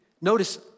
Notice